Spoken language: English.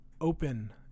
open